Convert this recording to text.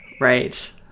right